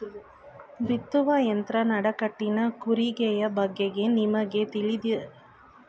ಬಿತ್ತುವ ಯಂತ್ರ ನಡಕಟ್ಟಿನ ಕೂರಿಗೆಯ ಬಗೆಗೆ ನಿಮಗೆ ತಿಳಿದಿದೆಯೇ ಮತ್ತು ಇದಕ್ಕೆ ಪದ್ಮಶ್ರೀ ಪ್ರಶಸ್ತಿ ನೀಡಲಾಗಿದೆ ಅದು ಯಾರಿಗೆ ಗೊತ್ತ?